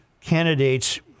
candidates